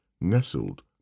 nestled